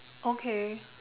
okay